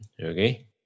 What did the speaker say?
Okay